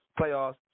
playoffs